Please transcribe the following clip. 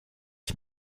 ich